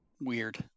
weird